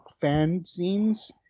fanzines